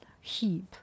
heap